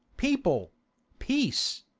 people peace!